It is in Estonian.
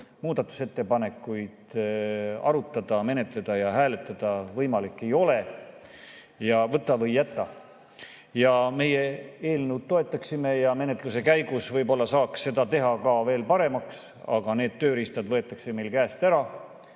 muudatusettepanekuid arutada, menetleda ja hääletada võimalik ei ole. Võta või jäta. Meie eelnõu toetaksime ja menetluse käigus võib-olla saaks seda teha veel paremaks, aga need tööriistad võetakse meil käest ära.